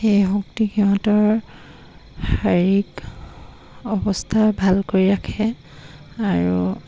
সেই শক্তিক সিহঁতৰ শাৰীৰিক অৱস্থা ভাল কৰি ৰাখে আৰু